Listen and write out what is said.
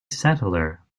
settler